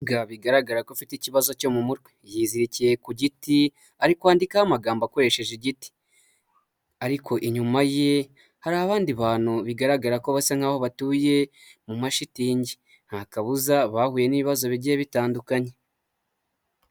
Bigaragara ko afite ikibazo cyo mu mutwe yizirikiye ku giti ari kwandikaho amagambo akoresheje igiti ariko inyuma ye hari abandi bantu bigaragara ko basa nkaho batuye mu mashitingi nta kabuza bahuye n'ibibazo bigiye bitandukanye.